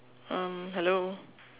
um hello